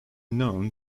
known